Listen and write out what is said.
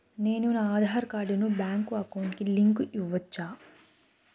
నేను నా ఆధార్ కార్డును బ్యాంకు అకౌంట్ కి లింకు ఇవ్వొచ్చా?